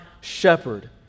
shepherd